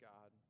God